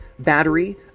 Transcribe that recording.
battery